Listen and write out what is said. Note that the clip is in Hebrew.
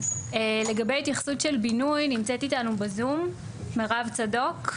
לגבי ההתייחסות של בינוי נמצאת אתנו בזום מירב צדוק.